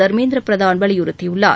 தர்மேந்திர பிரதான் வலியுறுத்தியுள்ளார்